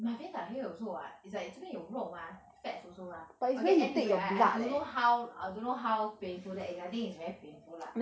my veins are here also [what] it's like 这边有肉 mah fats also mah okay anyway I I don't know how I don't know how painful that is I think it's very painful lah